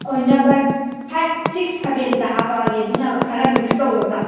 ꯑꯣꯏ number five six ꯁꯕꯦꯟꯗ ꯍꯥꯞꯂꯛꯂꯒꯦ ꯑꯗꯨꯅ ꯈꯔ ꯃꯤꯛꯁ ꯇꯧꯔꯒ